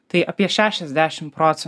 tai apie šešiasdešim proce